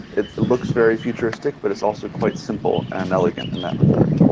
it looks very futuristic but it's also quite simple and elegant in that regard.